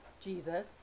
Jesus